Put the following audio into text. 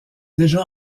déjà